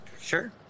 Sure